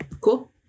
Cool